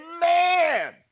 man